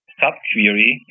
subquery